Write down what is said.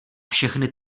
všechny